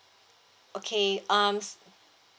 okay um